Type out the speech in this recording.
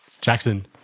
Jackson